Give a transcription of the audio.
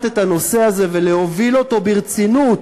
את הנושא הזה ולהוביל אותו ברצינות,